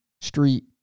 street